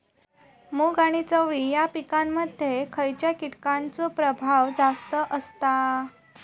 मूग आणि चवळी या पिकांमध्ये खैयच्या कीटकांचो प्रभाव जास्त असता?